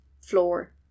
floor